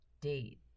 date